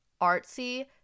Artsy